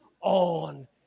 on